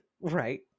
Right